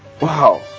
Wow